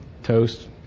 Toast